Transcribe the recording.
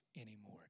anymore